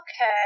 Okay